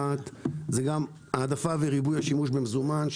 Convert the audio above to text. זה גם העדפה של וריבוי השימוש במזומן,